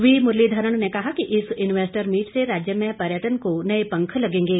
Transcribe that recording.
we Muraleedharan ने कहा कि इस इन्वेस्टर मीट से राज्य में पर्यटन को नए पंख लगेंगे